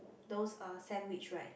those uh sandwich right